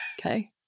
okay